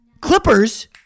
Clippers